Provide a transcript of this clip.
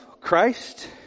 Christ